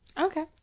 Okay